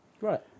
Right